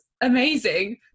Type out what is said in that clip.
amazing